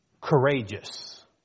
courageous